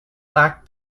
lacked